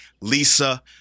Lisa